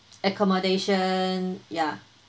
accommodation ya